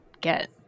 get